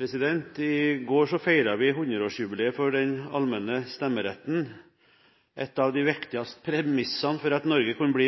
I går feiret vi 100-årsjubileet for den allmenne stemmeretten. En av de viktigste premissene for at Norge kunne bli